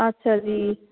ਅੱਛਾ ਜੀ